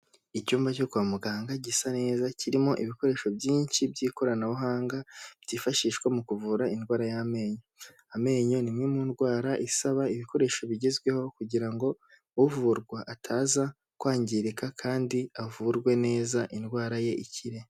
Icyumba cyo kwa muganga, gisa neza, kirimo ibikoresho byinshi by'ikoranabuhanga, byifashishwa mu kuvura indwara y'amenyo. Amenyo ni imwe mu ndwara, isaba ibikoresho bigezweho, kugira ngo uvurwa ataza kwangirika, kandi avurwe neza, indwara ye ikire.